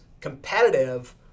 competitive